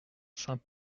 saint